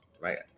right